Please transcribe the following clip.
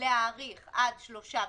להאריך עד 3 בדצמבר.